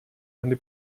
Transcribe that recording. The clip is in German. eine